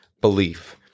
belief